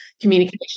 communication